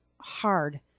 hard